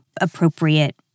appropriate